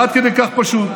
זה עד כדי כך פשוט.